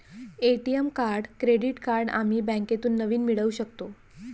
ATM card credit card आम्ही बँकेतून नवीन मिळवू शकतो